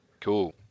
cool